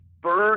burn